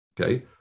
Okay